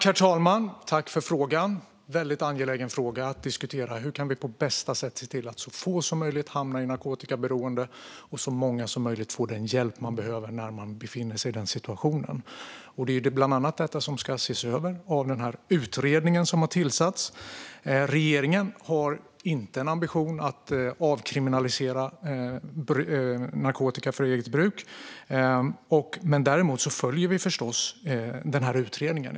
Herr talman! Jag tackar för frågan. Det är en väldigt angelägen fråga att diskutera. Hur kan vi på bästa sätt se till att så få som möjligt hamnar i narkotikaberoende och att så många som möjligt får den hjälp man behöver när man befinner sig i den situationen? Det är bland annat detta som ska ses över av utredningen som har tillsatts. Regeringen har inte en ambition att avkriminalisera narkotika för eget bruk. Däremot följer vi förstås utredningen.